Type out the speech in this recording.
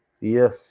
Yes